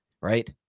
Right